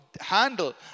handle